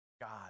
God